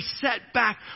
setback